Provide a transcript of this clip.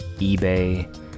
eBay